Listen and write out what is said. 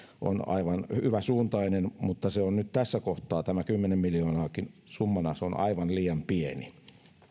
ovat aivan hyvän suuntaisia mutta nyt tässä kohtaa tämä kymmenen miljoonaakin on summana aivan liian pieni